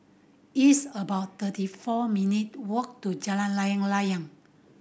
it's about thirty four minute walk to Jalan Layang Layang